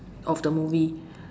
of the movie